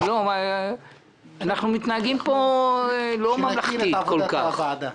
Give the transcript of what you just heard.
אנחנו מתנהגים פה לא ממלכתית כל כך.